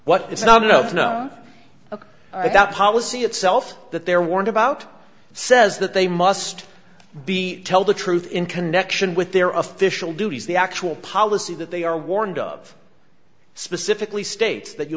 what is not enough known about the policy itself that they're warned about says that they must be tell the truth in connection with their official duties the actual policy that they are warned of specifically states that you